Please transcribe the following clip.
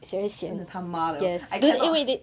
真的他妈的 I cannot